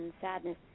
sadness